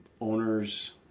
owners